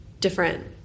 different